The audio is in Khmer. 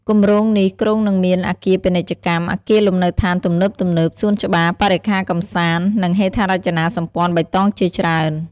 គម្រោងនេះគ្រោងនឹងមានអគារពាណិជ្ជកម្ម អគារលំនៅដ្ឋានទំនើបៗ សួនច្បារ បរិក្ខារកម្សាន្ត និងហេដ្ឋារចនាសម្ព័ន្ធបៃតងជាច្រើន។